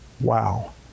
wow